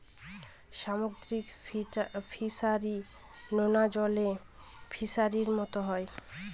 সামুদ্রিক ফিসারী, নোনা জলের ফিসারির মতো হয়